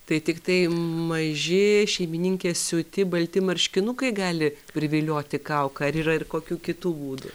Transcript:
tai tiktai maži šeimininkės siūti balti marškinukai gali privilioti kauką ar yra ir kokių kitų būdų